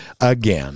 again